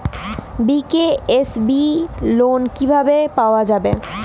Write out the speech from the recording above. BKSB loan কিভাবে পাওয়া যাবে?